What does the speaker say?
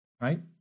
right